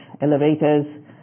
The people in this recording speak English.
elevators